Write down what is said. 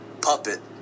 puppet